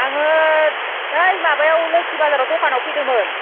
आङो नै माबायाव लोक्षि बाजाराव दखानाव फैदोंमोन